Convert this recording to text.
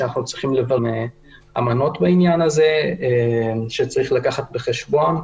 שאנחנו צריכים --- אמנות בעניין הזה שצריך לקחת בחשבון.